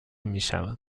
میشود